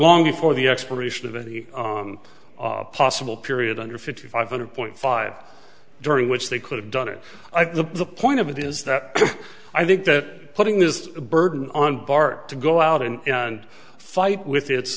long before the expiration of any possible period under fifty five hundred point five during which they could have done it i think the point of it is that i think that putting this burden on bart to go out and and fight with